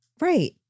Right